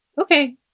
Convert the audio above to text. Okay